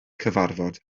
cyfarfod